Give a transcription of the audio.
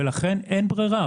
לכן אין ברירה,